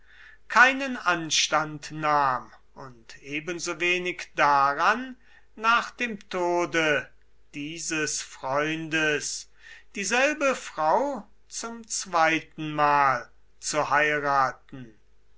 keinen anstand nahm und ebensowenig daran nach dem tode dieses freundes dieselbe frau zum zweitenmal zu heiraten